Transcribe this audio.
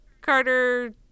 Carter